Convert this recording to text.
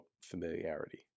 familiarity